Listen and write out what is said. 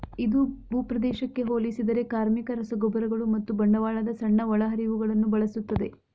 ಇದು ಭೂಪ್ರದೇಶಕ್ಕೆ ಹೋಲಿಸಿದರೆ ಕಾರ್ಮಿಕ, ರಸಗೊಬ್ಬರಗಳು ಮತ್ತು ಬಂಡವಾಳದ ಸಣ್ಣ ಒಳಹರಿವುಗಳನ್ನು ಬಳಸುತ್ತದೆ